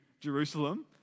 Jerusalem